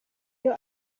iyo